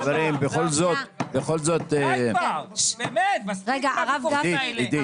כבר, באמת מספיק עם הוויכוחים האלה.